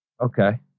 Okay